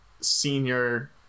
senior